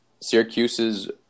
Syracuse's